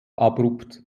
abrupt